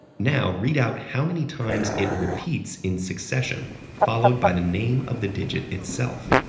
now, read out how many times it repeats in succession followed by the name of the digit itself.